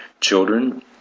Children